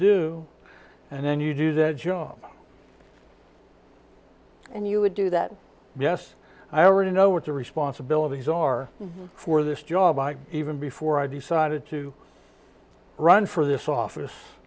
do and then you do that job and you would do that yes i already know what the responsibilities are for this job i even before i decided to run for this office